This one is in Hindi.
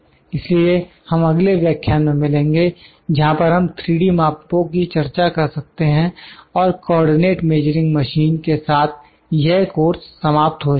इसलिए हम अगले व्याख्यान में मिलेंगे जहां पर हम 3D मापों की चर्चा कर सकते हैं और कोऑर्डिनेट मेजरिंग मशीन के साथ यह कोर्स समाप्त हो जाएगा